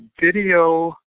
video